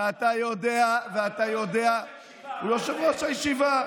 ואתה יודע, יושב-ראש הישיבה.